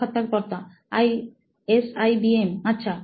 সাক্ষাৎকারকর্তাএসআইবিএম আচ্ছা